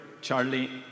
Charlie